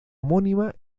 homónima